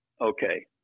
okay